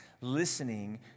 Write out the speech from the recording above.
listening